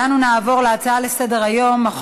אנו נעבור להצעות לסדר-היום מס' 3406,